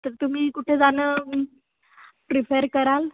तर तुम्ही कुठे जाणं प्रिफेर कराल